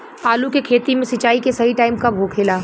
आलू के खेती मे सिंचाई के सही टाइम कब होखे ला?